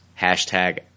Hashtag